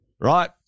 right